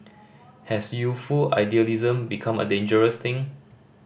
has youthful idealism become a dangerous thing